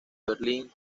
berlín